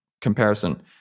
comparison